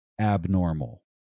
abnormal